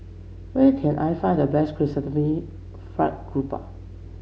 where can I find the best Chrysanthemum Fried Garoupa